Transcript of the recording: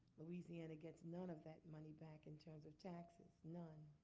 louisiana gets none of that money back in terms of taxes, none.